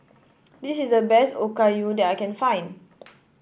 this is the best Okayu that I can find